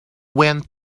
went